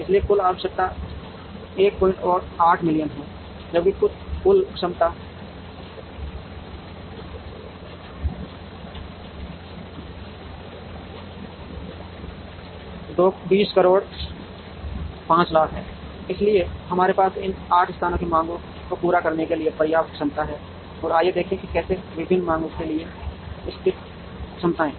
इसलिए कुल आवश्यकता 18 मिलियन है जबकि कुल क्षमता 2 0 5 0 0 0 0 0 है इसलिए हमारे पास इन 8 स्थानों की मांगों को पूरा करने के लिए पर्याप्त क्षमता है और आइए देखें कि कैसे विभिन्न मांगों के लिए स्थित क्षमताएं